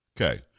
Okay